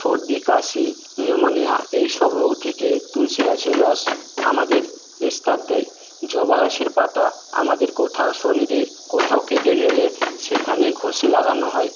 সর্দি কাশি নিউমোনিয়া এইসব রোগ থেকে তুলসী গাছের রস আমাদের নিস্তার দেয় জবা গাছের পাতা আমাদের কোথাও শরীরের কোথাও কেটে গেলে সেখানে ঘষে লাগানো হয়